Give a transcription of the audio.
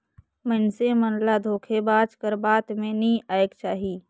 मइनसे मन ल धोखेबाज कर बात में नी आएक चाही